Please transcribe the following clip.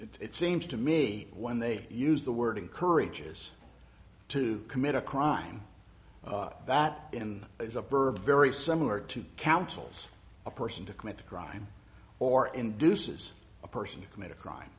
here it seems to me when they use the word encourages to commit a crime that in is a verb very similar to councils a person to commit a crime or induces a person to commit a crime